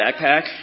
backpack